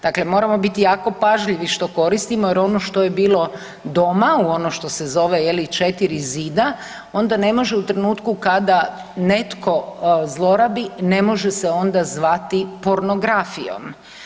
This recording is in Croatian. Dakle, moramo biti jako pažljivi što koristimo jer ono što je bilo doma, u ono što se zove je li 4 zida onda ne može u trenutku kada netko zlorabi, ne može se onda zvati pornografijom.